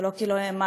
זה לא כי לא העמקתם.